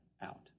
out